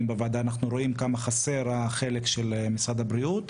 בוועדה אנחנו רואים כמה חסר החלק של משרד הבריאות.